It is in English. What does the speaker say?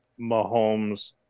Mahomes